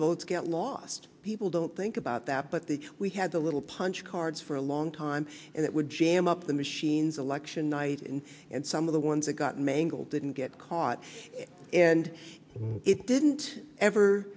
the votes get lost people don't think about that but the we had a little punch cards for a long time and it would jam up the machines election night in and some of the ones that got mangled didn't get caught and it didn't ever